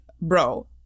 bro